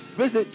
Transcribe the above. Visit